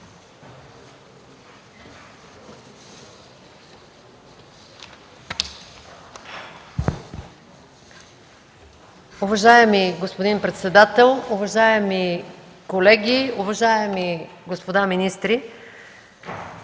Уважаеми господин председател, уважаеми колеги, уважаеми господа министри!